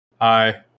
hi